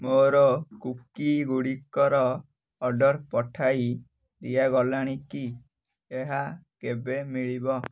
ମୋର କୁକିଗୁଡ଼ିକର ଅର୍ଡ଼ର୍ ପଠାଇ ଦିଆଗଲାଣି କି ଏହା କେବେ ମିଳିବ